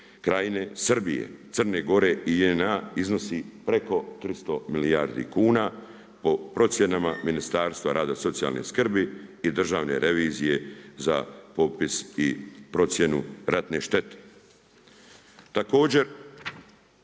Krajine, Srbije, Crne Gore i JNA iznosi preko 300 milijardi kuna po procjenama Ministarstva rada i socijalne skrbi i državne revizije za popis i procjenu ratne štete. Također